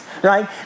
right